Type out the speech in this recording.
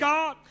God